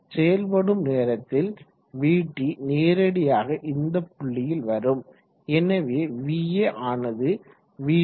செயல்படும் நேரத்தில் vt நேரடியாக இந்த புள்ளியில் வரும் எனவே va ஆனது vt